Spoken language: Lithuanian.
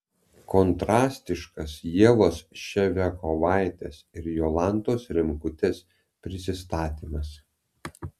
kontrastiškas ievos ševiakovaitės ir jolantos rimkutės prisistatymas